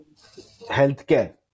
healthcare